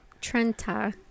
Trenta